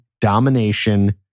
Domination